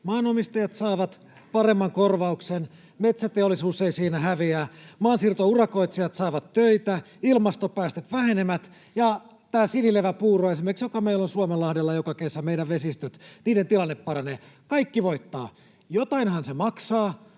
maanomistajat saavat paremman korvauksen, metsäteollisuus ei siinä häviä, maansiirtourakoitsijat saavat töitä. Ilmastopäästöt vähenevät ja esimerkiksi tämä sinileväpuuro, joka meillä on Suomenlahdella joka kesä. Meidän vesistöjen tilanne paranee. Kaikki voittavat. Jotainhan se maksaa,